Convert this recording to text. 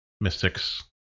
mystics